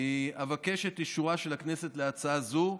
אבקש את אישורה של הכנסת להצעה זו.